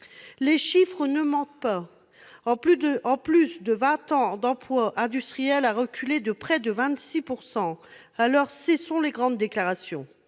Les chiffres ne mentent pas : en plus de vingt ans, l'emploi industriel a reculé de près de 26 %, alors cessons les grandes déclarations